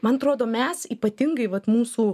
man atrodo mes ypatingai vat mūsų